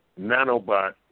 nanobot